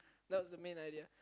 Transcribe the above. that was the main idea